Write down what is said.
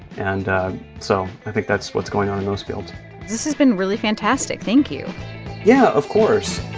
and so i think that's what's going on in those fields this has been really fantastic. thank you yeah, of course